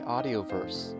Audioverse